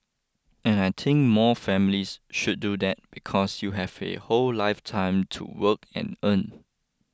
and I think more families should do that because you have a whole lifetime to work and earn